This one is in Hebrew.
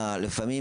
לפעמים,